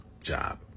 job